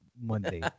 Monday